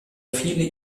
viele